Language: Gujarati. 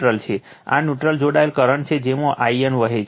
આ ન્યુટ્રલ જોડાયેલ કરંટ છે જેમાંથી In વહે છે